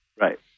Right